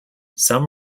some